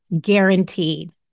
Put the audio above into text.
guaranteed